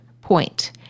point